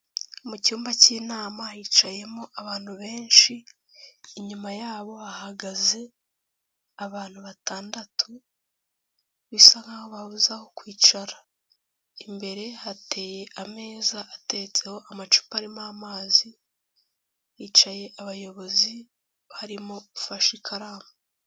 Mu cyumba cy'inama hicayemo abantu benshi, inyuma yabo hahagaze abantu batandatu bisa nkaho babuze aho kwicara, imbere hateye ameza ateretseho amacupa arimo amazi, hicaye abayobozi harimo ufashe ikaramu.